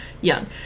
Young